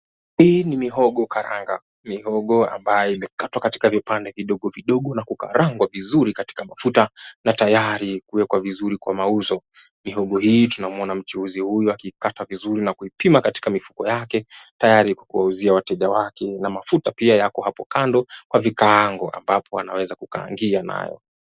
Hii ni mihogo karanga. Mihogo ambayo imekatwa katika vipande vidogo vidogo na kurangwa vizuri katika ya mafuta na tayari kuwekwa vizuri kwa mauzo. Mihogo hii tunamwona mchuuzi huyu akikata vizuri na kuipima katika mifuko yake tayari kuwauzia wateja wake na mafuta pia yako hapo kando kwa vikaango ambapo anaweza kukaangia nayo.